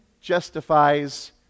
justifies